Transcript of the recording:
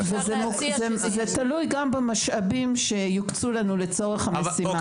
זה תלוי גם במשאבים שיוקצו לנו לצורך המשימה הזו.